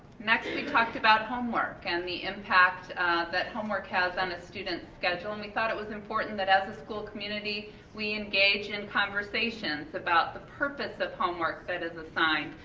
next we talked about homework and the impact that homework has on a student's schedule and we thought it was important that as a school community we engage in conversations about the purpose of homework that is assigned,